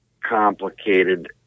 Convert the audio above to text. complicated